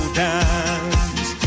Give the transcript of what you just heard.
dance